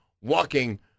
walking